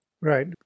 Right